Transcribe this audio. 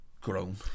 grown